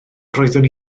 roeddwn